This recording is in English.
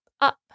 up